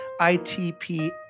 ITP